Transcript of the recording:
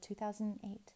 2008